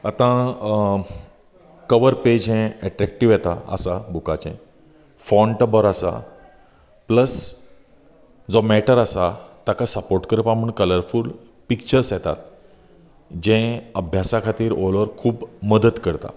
आता cover page हे attractive येता आसा बुकाचे फोंट बरो आसा प्लस जो मेटर आसा ताका सपोर्ट करपाक म्हण कलरफूल पिक्चर्स येतात जे अभ्यासा खातीर ओवर ऑल खूब मदत करता